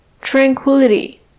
tranquility